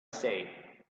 say